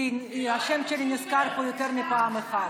כי השם שלי נזכר פה יותר מפעם אחת.